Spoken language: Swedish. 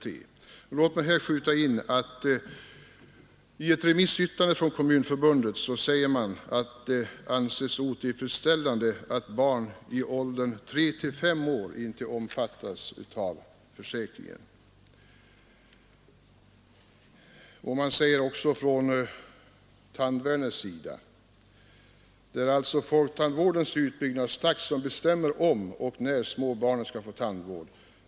Men låt mig här skjuta in att i ett remissyttrande från Kommunförbundet säger man att det anses otillfredsställande att barn i åldern 3—5 år inte omfattas av försäkringen. Och från Tandvärnets sida har sagts: ”Det är alltså folktandvårdens utbyggnadstakt som bestämmer om och när småbarnen skall få tandvård.